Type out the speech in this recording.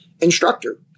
instructor